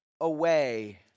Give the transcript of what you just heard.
away